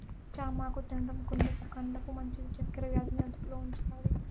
చామాకు తినడం గుండెకు, కండ్లకు మంచిది, చక్కర వ్యాధి ని అదుపులో ఉంచుతాది